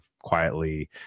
quietly